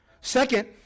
Second